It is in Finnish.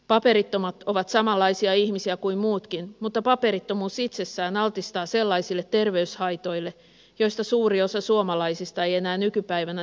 paperittomat ovat samanlaisia ihmisiä kuin muutkin mutta paperittomuus itsessään altistaa sellaisille terveyshaitoille joista suuri osa suomalaisista ei enää nykypäivänä tiedä mitään